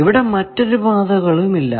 ഇവിടെ മറ്റൊരു പാതകളും ഇല്ല